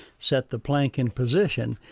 set the plank in position,